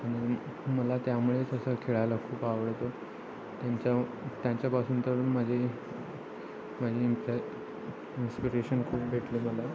आणि मला त्यामुळे तसं खेळायला खूप आवडतं त्यांच्या त्यांच्यापासून तर माझी माझी इम्प्र इंस्पिरेशन खूप भेटले मला